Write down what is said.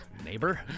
neighbor